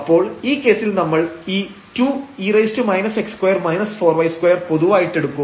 അപ്പോൾ ഈ കേസിൽ നമ്മൾ ഈ 2 e പൊതുവായിട്ടെടുക്കും